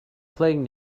playing